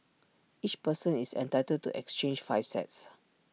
each person is entitled to exchange five sets